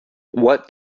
what